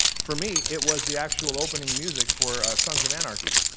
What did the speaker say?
for me it was the actual opening music for sons of anarchy.